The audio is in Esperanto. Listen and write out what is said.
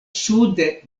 sude